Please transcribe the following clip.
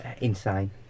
insane